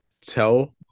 tell